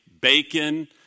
bacon